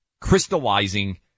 crystallizing